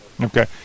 Okay